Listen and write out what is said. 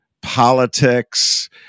politics